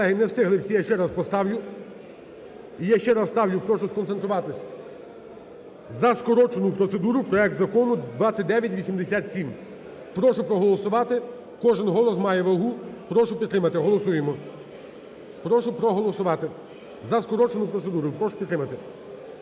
Колеги, не встигли всі. Я ще раз поставлю. І я ще раз ставлю, прошу сконцентруватися, за скороченою процедурою проект Закону 2987. Прошу проголосувати, кожен голос має вагу. Прошу підтримати, голосуємо. Прошу проголосувати за скорочену процедуру. Прошу підтримати.